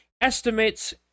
Estimates